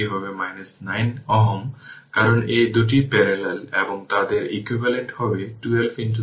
সুতরাং যদি এটি হয় তবে ইকুইভ্যালেন্ট সার্কিট এই জিনিসটি সেখানে থাকবে না